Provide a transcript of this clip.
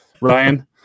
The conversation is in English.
Ryan